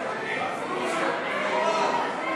סעיף 29, משרד הבינוי והשיכון,